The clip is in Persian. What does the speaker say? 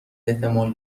احتمال